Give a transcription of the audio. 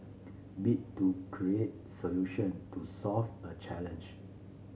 bit to create solution to solve a challenge